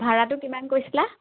ভাড়াটো কিমান কৈছিলা